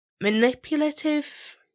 manipulative